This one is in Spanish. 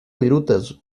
virutas